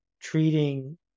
treating